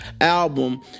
album